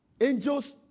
Angels